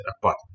apart